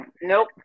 nope